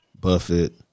Buffett